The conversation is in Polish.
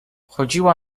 chodziła